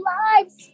lives